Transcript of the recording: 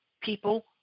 people